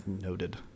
Noted